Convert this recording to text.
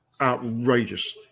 outrageous